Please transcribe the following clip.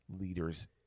leader's